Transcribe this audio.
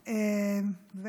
בבקשה,